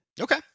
okay